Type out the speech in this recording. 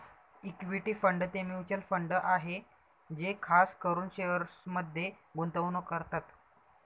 equity fund ते mutual fund आहे जे खास करून शेअर्समध्ये गुंतवणूक करतात